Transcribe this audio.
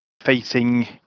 facing